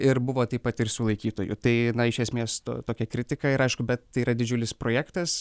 ir buvo taip pat ir sulaikytųjų tai iš esmės to tokia kritika ir aišku bet tai yra didžiulis projektas